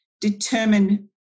determine